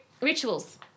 rituals